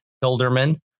Hilderman